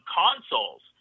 consoles